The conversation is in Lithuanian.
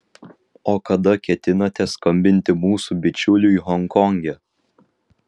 o kada ketinate skambinti mūsų bičiuliui honkonge